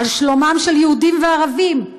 על שלומם של יהודים וערבים,